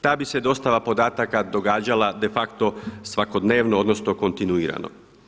Ta bi se dostava podataka događala de facto svakodnevno odnosno kontinuirano.